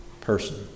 person